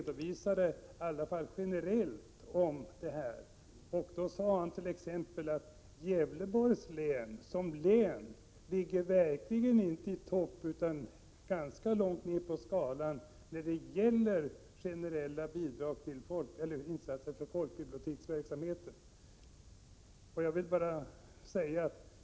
Jag har emellertid hört att Gävleborgs län inte ligger i toppen utan ganska långt ner på skalan när det gäller generella insatser för folkbiblioteksverksamheten.